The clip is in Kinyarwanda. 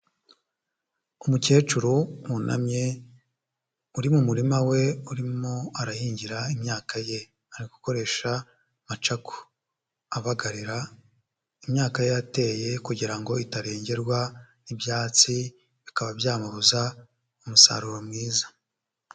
Umukecuru wunamye uri mu murima we urimo arahingira imyaka ye. Ari gukoresha macaku abagarira imyaka ye yateye, kugira ngo itarengerwa n'ibyatsi bikaba byamubuza umusaruro mwiza.